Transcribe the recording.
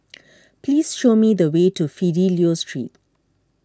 please show me the way to Fidelio Street